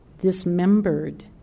dismembered